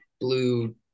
blue